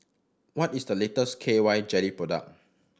what is the latest K Y Jelly product